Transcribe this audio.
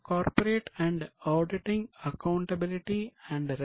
కాబట్టి సర్బేన్స్